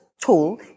tool